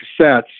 cassettes